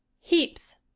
heaps.